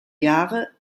jahre